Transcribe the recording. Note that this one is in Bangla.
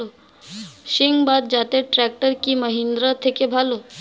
সিণবাদ জাতের ট্রাকটার কি মহিন্দ্রার থেকে ভালো?